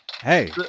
hey